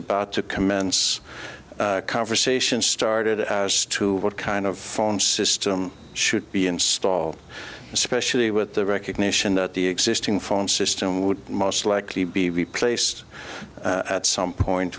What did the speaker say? about to commence a conversation started as to what kind of phone system should be installed especially with the recognition that the existing phone system would most likely be replaced at some point